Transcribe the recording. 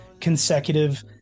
consecutive